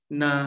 na